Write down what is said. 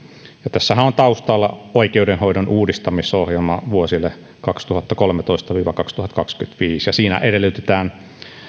tässähän on taustalla oikeudenhoidon uudistamisohjelma vuosille kaksituhattakolmetoista viiva kaksituhattakaksikymmentäviisi ja siinä edellytetään